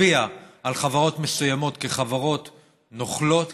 תצביע על חברות מסוימות כחברות נוכלות,